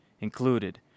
included